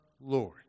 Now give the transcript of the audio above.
Lord